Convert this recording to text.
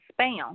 spam